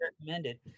recommended